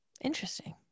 Interesting